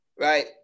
right